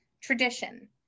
tradition